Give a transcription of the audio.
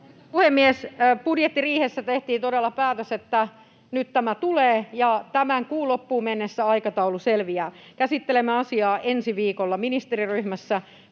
Puhemies! Budjettiriihessä tehtiin todella päätös, että nyt tämä tulee, ja tämän kuun loppuun mennessä aikataulu selviää. Käsittelemme asiaa ensi viikolla ministeriryhmässä.